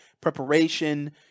preparation